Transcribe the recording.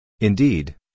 Indeed